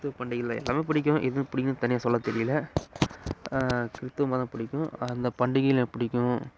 கிறித்துவ பண்டிகைகளை எல்லாமே பிடிக்கும் எதும் பிடிக்குனு தனியாக சொல்லத்தெரியல கிறித்தவ மதம் பிடிக்கும் அந்த பண்டிகைகளும் பிடிக்கும்